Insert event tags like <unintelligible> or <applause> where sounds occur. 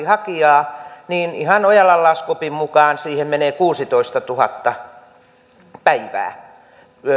<unintelligible> hakijaa niin ihan ojalan laskuopin mukaan siihen menee kuusitoistatuhatta päivää